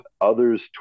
others